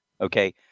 okay